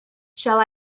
shall